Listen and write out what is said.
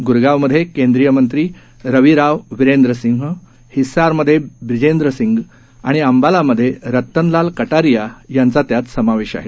ग्रगांवमध्ये केंद्रीय मंत्री राव वीरेंद्र सिंह हिस्सारमध्ये ब्रिजेंद्र सिंग आणि अंबालामध्ये रत्तनलाल कारिया यांचा त्यात समावेश आहे